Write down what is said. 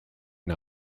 and